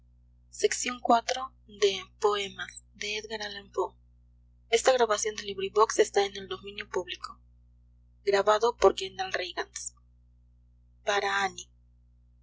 en el drama